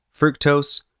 fructose